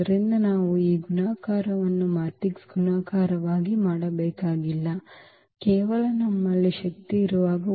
ಆದ್ದರಿಂದ ನಾವು ಈ ಗುಣಾಕಾರವನ್ನು ಮ್ಯಾಟ್ರಿಕ್ಸ್ ಗುಣಾಕಾರವಾಗಿ ಮಾಡಬೇಕಾಗಿಲ್ಲ ಕೇವಲ ನಮ್ಮಲ್ಲಿ ಶಕ್ತಿ ಇರುವಾಗ